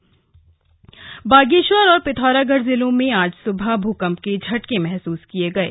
भूकम्प बागेश्वर और पिथौरागढ़ जिलों में आज सुबह भुकम्प के झटके महसूस किये गये